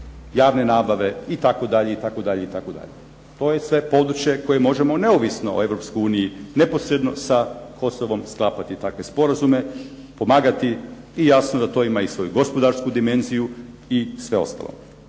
itd., itd., itd. To je sve područje koje možemo neovisno o Europskoj uniji, neposredno sa Kosovom sklapati takve sporazume, pomagati i jasno da to ima i svoju gospodarsku dimenziju i sve ostalo.